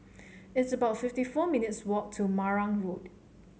it's about fifty four minutes' walk to Marang Road